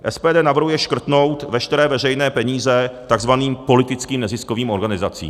SPD navrhuje škrtnout veškeré veřejné peníze takzvaným politickým neziskovým organizacím.